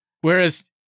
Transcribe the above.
Whereas